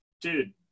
dude